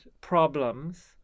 problems